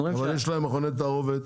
אבל יש להם מכוני תערובת,